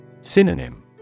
Synonym